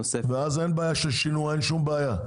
ואז אין בעיה של שינוע ואין שום בעיה.